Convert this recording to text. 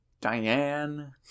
Diane